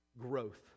growth